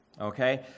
Okay